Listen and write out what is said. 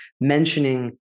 mentioning